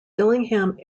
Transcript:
dillingham